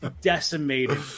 decimated